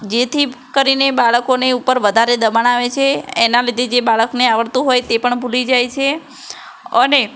જેથી કરીને બાળકોને ઉપર વધારે દબાણ આવે છે એનાં લીધે જે બાળકને આવડતું હોય તે પણ ભૂલી જાય છે અને